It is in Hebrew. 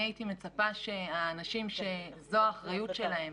אני הייתי מצפה שהאנשים שזו האחריות שלהם